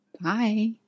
Bye